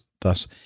Thus